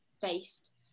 faced